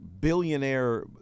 billionaire